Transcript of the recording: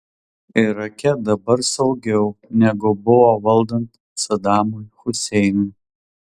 irake dabar saugiau negu buvo valdant sadamui huseinui